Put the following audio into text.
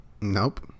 Nope